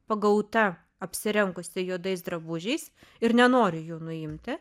pagauta apsirengusi juodais drabužiais ir nenori jų nuimti